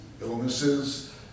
illnesses